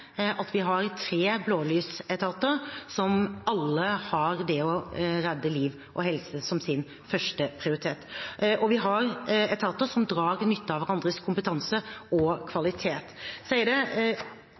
at vi har tre blålysetater som alle har det å redde liv og helse som sin førsteprioritet. Vi har etater som drar nytte av hverandres kompetanse og